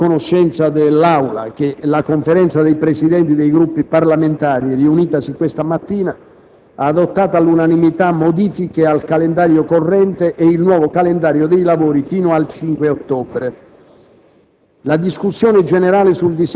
Porto a conoscenza dell'Assemblea che la Conferenza dei Presidenti dei Gruppi parlamentari, riunitasi questa mattina, ha adottato all'unanimità modifiche al calendario corrente e il nuovo calendario dei lavori fino al 5 ottobre.